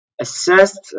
assessed